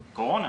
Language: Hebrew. קורונה.